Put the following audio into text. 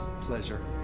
Pleasure